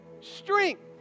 Strength